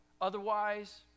Otherwise